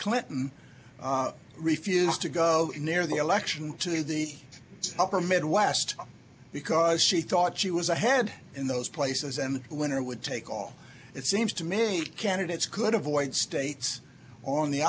clinton refused to go near the election to the upper midwest because she thought she was ahead in those places and the winner would take all it seems to me candidates could avoid states on the